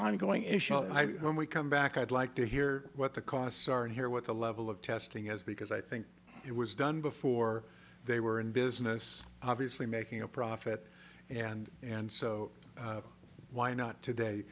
issue when we come back i'd like to hear what the costs are here what the level of testing is because i think it was done before they were in business obviously making a profit and and so why not today